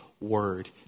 word